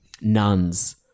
Nuns